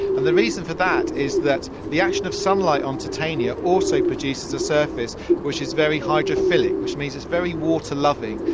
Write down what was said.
and the reason for that is that the action of sunlight on titanium also produces a surface which is very hydrophilic, which means it's very water-loving.